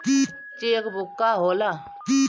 Check book का होला?